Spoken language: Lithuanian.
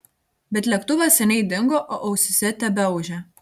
bet lėktuvas seniai dingo o ausyse tebeūžė